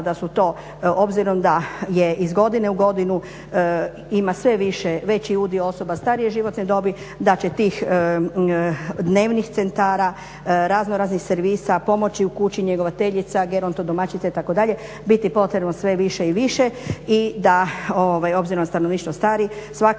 da su to, obzirom da iz godine u godinu ima sve veći udio osoba starije životne dobi, da će tih dnevnih centara, raznoraznih servisa, pomoći u kući, njegovateljica, gerontodomaćica itd. biti potrebno sve više i više i da obzirom da stanovništvo stari svaka